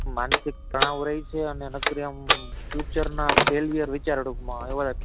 માનસિક તણાવ રે છે અને નકરી આમ ફ્યુચરના ફેલિયર વિચાર ટુંકમાં આવ્યા